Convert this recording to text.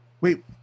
Wait